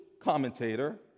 commentator